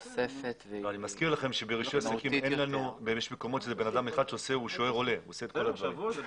אני מזכיר לכם שברישוי עסקים יש בן אדם אחד שהוא עושה את כל הדברים.